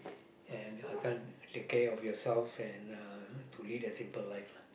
and I just want to take care of yourself and uh to lead a simple life lah